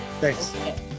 thanks